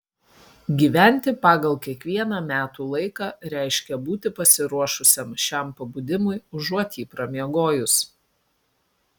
gyventi pagal kiekvieną metų laiką reiškia būti pasiruošusiam šiam pabudimui užuot jį pramiegojus